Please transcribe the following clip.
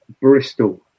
Bristol